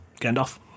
Gandalf